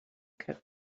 cut